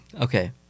Okay